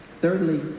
Thirdly